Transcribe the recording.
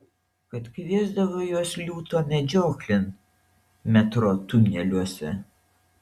kad kviesdavo juos liūto medžioklėn metro tuneliuose